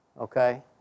Okay